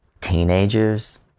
Teenagers